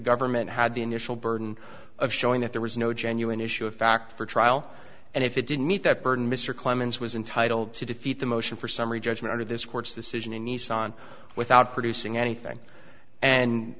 government had the initial burden of showing that there was no genuine issue of fact for trial and if it didn't meet that burden mr clemens was entitle to defeat the motion for summary judgment of this court's decision in nissan without producing anything and